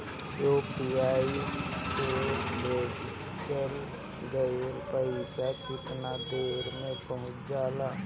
UPI से भेजल गईल पईसा कितना देर में पहुंच जाला?